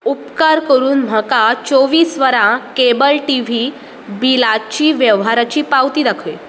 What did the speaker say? उपकार करून म्हाका चोवीस वरां केबल टी व्ही बिलाची वेव्हाराची पावती दाखय